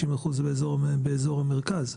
60% באזור המרכז.